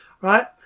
right